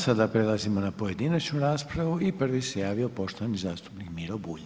Sada prelazimo na pojedinačnu raspravu i prvi se javio poštovani zastupnik Miro Bulj.